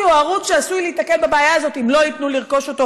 הוא ערוץ שעשוי להיתקל בבעיה הזאת אם לא ייתנו לרכוש אותו,